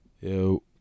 Yo